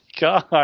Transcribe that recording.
God